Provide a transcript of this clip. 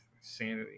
Sanity